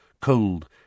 Cold